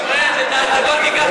פריג', את ההצגות תיקח,